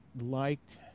liked